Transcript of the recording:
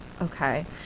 Okay